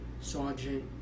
sergeant